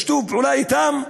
בשיתוף פעולה אתם,